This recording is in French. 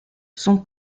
son